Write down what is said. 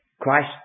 Christ